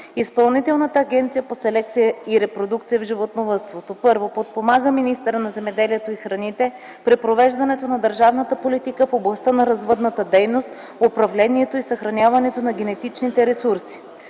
Изпълнителната агенция по селекция и репродукция в животновъдството: 1. подпомага министъра на земеделието и храните при провеждането на държавната политика в областта на развъдната дейност, управлението и съхраняването на генетичните ресурси;